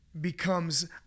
becomes